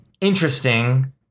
interesting